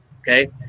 okay